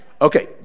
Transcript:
Okay